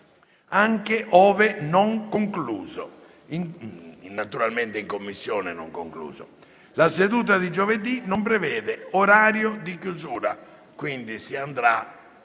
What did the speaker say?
anche ove non concluso l'esame in Commissione. La seduta di giovedì non prevede orario di chiusura, quindi, si andrà